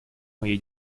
моей